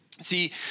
See